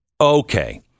Okay